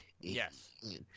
yes